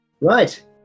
Right